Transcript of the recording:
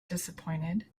disappointed